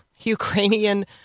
Ukrainian